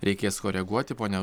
reikės koreguoti pone